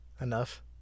enough